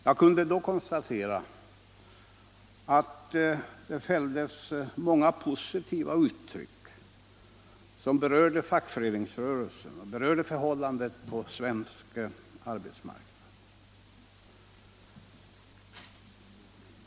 Jag kunde då konstatera att det fälldes många positiva uttryck om fackföreningsrörelsen och förhållandena på svensk arbetsmarknad.